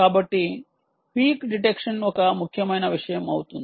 కాబట్టి peak detection ఒక ముఖ్యమైన విషయం అవుతుంది